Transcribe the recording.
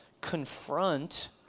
confront